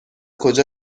کجا